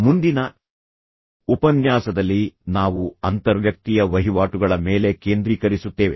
ಮುಂದಿನ ಉಪನ್ಯಾಸದಲ್ಲಿ ನಾವು ಅಂತರ್ವ್ಯಕ್ತೀಯ ವಹಿವಾಟುಗಳ ಮೇಲೆ ಕೇಂದ್ರೀಕರಿಸುತ್ತೇವೆ